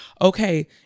okay